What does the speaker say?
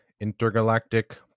Intergalactic